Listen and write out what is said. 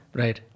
right